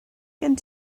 gen